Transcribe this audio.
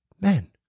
men